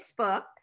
Facebook